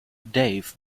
dave